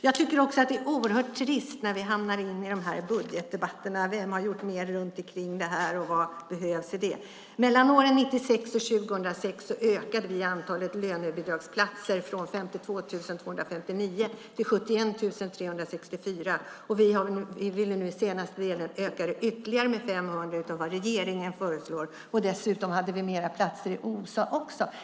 Jag tycker också att det är oerhört trist när vi hamnar i dessa budgetdebatter om vem som har gjort mest i fråga om detta och vad som behövs. Mellan 1996 och 2006 ökade vi antalet lönebidragsplatser från 52 259 till 71 364, och vi ville öka det med ytterligare 500 mer än vad regeringen föreslår. Dessutom hade vi fler platser i OSA.